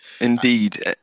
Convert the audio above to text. Indeed